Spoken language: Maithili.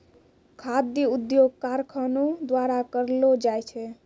खाद्य उद्योग कारखानो द्वारा करलो जाय छै